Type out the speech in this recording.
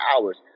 hours